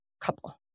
couple